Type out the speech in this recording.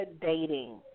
Dating